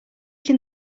can